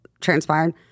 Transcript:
transpired